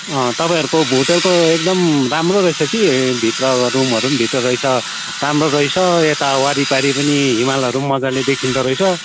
तपाईँहरूको होटेलको एकदम राम्रो रहेछ कि भित्र रुमहरू पनि भित्र रहेछ राम्रो रहेछ यता वारिपारि पनि हिमालहरू पनि मजाले देखिँदो रहेछ